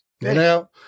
Now